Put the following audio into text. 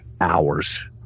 hours